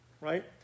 right